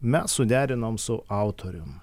mes suderinom su autorium